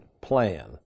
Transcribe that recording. plan